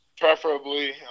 preferably